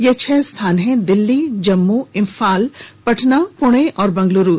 यह छह स्थान हैं दिल्ली जम्मू इम्फाल पटना पुणे और बेंगलुरू